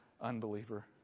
unbeliever